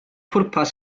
pwrpas